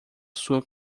sua